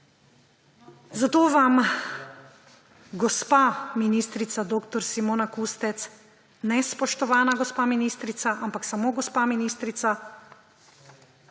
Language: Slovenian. zato vam, gospa ministrica dr. Simona Kustec – ne spoštovana gospa ministrica, ampak samo gospa ministrica